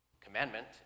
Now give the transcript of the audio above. commandment